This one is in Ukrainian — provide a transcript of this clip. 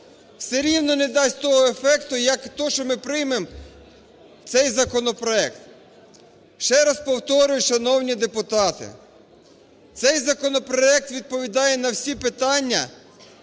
все рівно не дасть того ефекту, як те, що ми приймемо цей законопроект. Ще раз повторюю, шановні депутати, цей законопроект відповідає на всі питання,